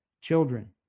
children